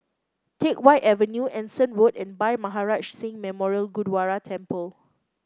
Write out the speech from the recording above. Teck Whye Avenue Anson Road and Bhai Maharaj Singh Memorial Gurdwara Temple